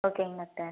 ஓகேங்க டாக்டர்